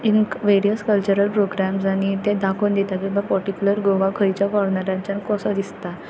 इनक various cultural प्रोग्रॅम्सांनी तें दाखोवन दिता की बाबा पोटिकुलर गोवा खंयच्या कोनरानच्यान कसो दिसता